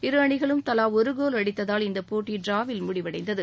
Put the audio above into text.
இரு அணிகளும் தலா ஒரு கோல் அடித்ததால் இந்த போட்டி டிராவில் முடிவடைந்தது